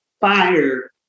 fire